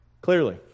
Clearly